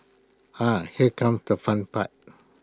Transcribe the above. ah here comes the fun part